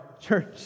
church